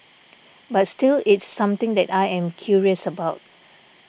but still it's something that I am curious about